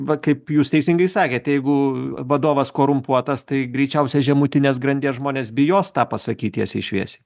va kaip jūs teisingai sakėt jeigu vadovas korumpuotas tai greičiausiai žemutinės grandies žmonės bijos tą pasakyt tiesiai šviesiai